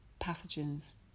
pathogens